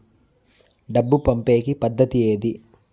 డబ్బు పంపేకి పద్దతి ఏది